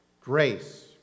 Grace